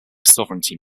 sovereignty